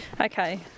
okay